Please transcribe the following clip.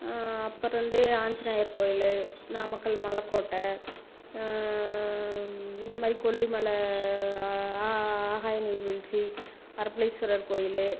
அப்போ இருந்தே ஆஞ்சநேயர் கோயில் நாமக்கல் மலை கோட்டை இந்த மாதிரி கொல்லிமலை ஆ ஆ ஆ ஆகாய நீர்வீழ்ச்சி அர்பலேஸ்வரர் கோயில்